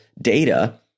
data